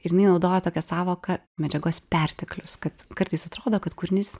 ir jinai naudoja tokią sąvoką medžiagos perteklius kad kartais atrodo kad kūrinys